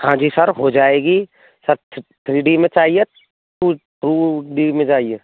हाँ जी सर हो जाएगी सर थ्री डी में चाहिए या टू डी में चाहिए